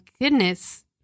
goodness